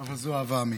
אבל זו אהבה אמיתית.